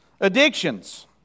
Addictions